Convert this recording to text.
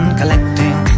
collecting